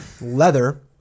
leather